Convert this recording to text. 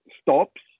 stops